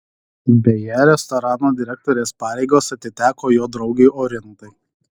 beje restorano direktorės pareigos atiteko jo draugei orintai